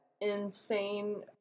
Insane